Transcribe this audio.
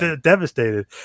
devastated